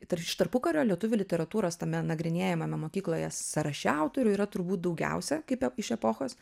tar iš tarpukario lietuvių literatūros tame nagrinėjamame mokykloje sąraše autorių yra turbūt daugiausia kaip iš epochos